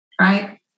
right